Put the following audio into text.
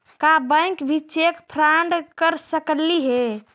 का बैंक भी cheque fraud कर सकलई हे?